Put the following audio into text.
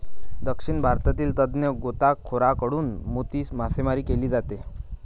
दक्षिण भारतातील तज्ञ गोताखोरांकडून मोती मासेमारी केली जाते